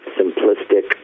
simplistic